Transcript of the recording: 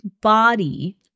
body